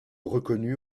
reconnues